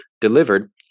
delivered